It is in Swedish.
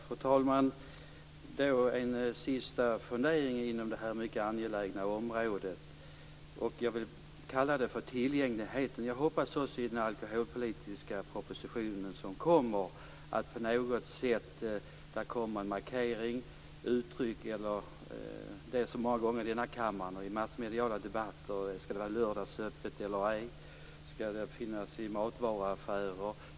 Fru talman! En sista fundering inom detta mycket angelägna område - jag tänker på tillgängligheten. Jag hoppas att man i den alkoholpolitiska propositionen kommer med en markering när det gäller det som många gånger i denna kammare och massmediala debatter tagits upp: Skall det vara lördagsöppet eller ej? Skall alkohol kunna köpas i matvaruaffärer?